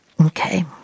okay